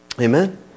Amen